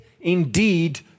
indeed